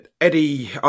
Eddie